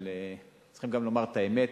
אבל צריכים גם לומר את האמת: